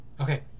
okay